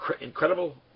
incredible